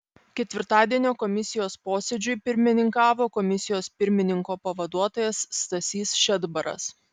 ketvirtadienio komisijos posėdžiui pirmininkavo komisijos pirmininko pavaduotojas stasys šedbaras